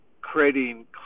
creating